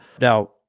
Now